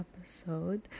episode